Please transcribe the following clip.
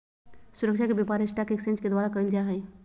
सुरक्षा के व्यापार स्टाक एक्सचेंज के द्वारा क़इल जा हइ